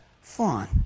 fun